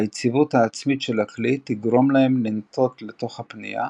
היציבות העצמית של הכלי תגרום להם לנטות לתוך הפנייה,